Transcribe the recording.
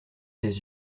ses